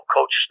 Coach